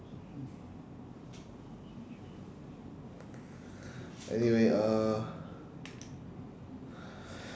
anyway uh